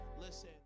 Listen